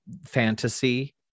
fantasy